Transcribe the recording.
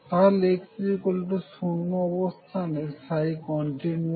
তাহলে x0 অবস্থানে continuous